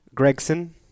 Gregson